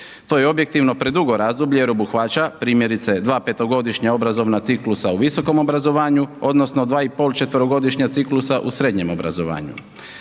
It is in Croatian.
To je objektivno predugo razdoblje jer obuhvaća primjerice, dva petogodišnja obrazovna ciklusa u visokom obrazovanju odnosno 2,5 četverogodišnja ciklusa u srednjem obrazovanju.